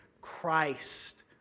Christ